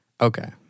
Okay